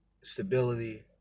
stability